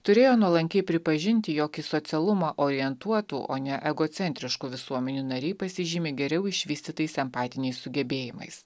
turėjo nuolankiai pripažinti jog į socialumą orientuotų o ne egocentriškų visuomenių nariai pasižymi geriau išvystytais empatiniais sugebėjimais